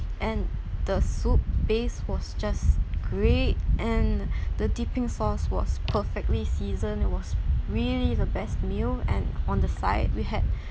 and the soup base was just great and the dipping sauce was perfectly seasoned it was really the best meal and on the side we had